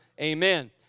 Amen